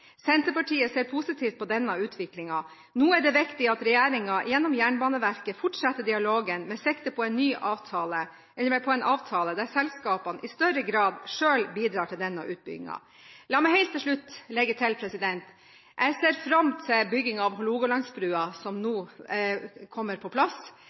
Senterpartiet ser positivt på denne utviklingen. Nå er det viktig at regjeringen gjennom Jernbaneverket fortsetter dialogen med sikte på en avtale der selskapene selv i større grad bidrar til utbyggingen. La meg helt til slutt legge til: Jeg ser fram til bygging av Hålogalandsbrua, som nå kommer på plass.